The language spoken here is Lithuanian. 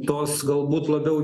tos galbūt labiau